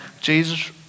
Jesus